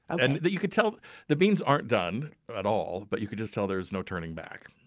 and and you can tell the beans aren't done at all, but you can just tell there's no turning back.